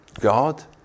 God